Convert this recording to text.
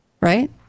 Right